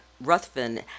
Ruthven